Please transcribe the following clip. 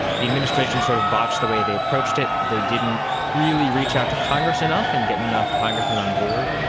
the administration sort of botched the way they approached it. they didn't really reach out to congress enough and get enough congressmen on board,